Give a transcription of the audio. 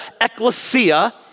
ecclesia